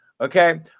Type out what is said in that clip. Okay